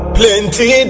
plenty